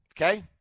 Okay